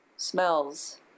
smells